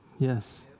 Yes